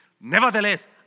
Nevertheless